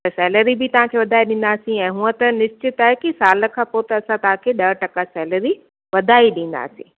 त सैलरी बि तव्हां खे वधाए ॾींदासीं ऐं हूअं न निश्चित आहे की साल खां पोइ त असां तव्हां खे ॾह टका सैलरी वधाए डींदासीं